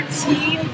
team